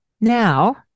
Now